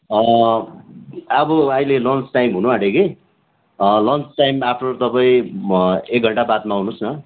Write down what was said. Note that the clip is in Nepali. अब अहिले लन्च टाइम हुनु आँट्यो कि लन्च टाइम अफ्टर तपाईँ एक घन्टाबादमा आउनुहोस् न